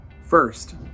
First